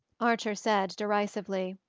archer said derisively.